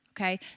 okay